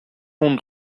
und